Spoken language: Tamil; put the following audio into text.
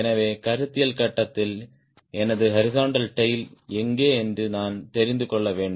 எனவே கருத்தியல் கட்டத்தில் எனது ஹாரிஸ்ன்ட்டல் டேய்ல் எங்கே என்று நான் தெரிந்து கொள்ள வேண்டும்